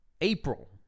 April